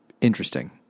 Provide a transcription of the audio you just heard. interesting